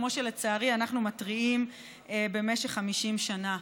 כמו שלצערי אנחנו מתריעים במשך 50 שנה,